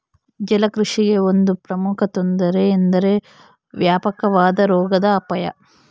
ಜಲಕೃಷಿಗೆ ಒಂದು ಪ್ರಮುಖ ತೊಂದರೆ ಎಂದರೆ ವ್ಯಾಪಕವಾದ ರೋಗದ ಅಪಾಯ